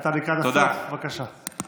אתה לקראת הסוף, בבקשה.